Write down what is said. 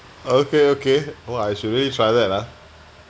okay okay !wah! I should really try that lah